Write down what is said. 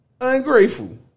Ungrateful